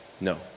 No